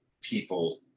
people